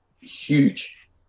huge